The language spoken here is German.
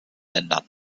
ländern